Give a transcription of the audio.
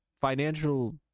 financial